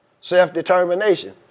self-determination